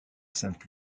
sainte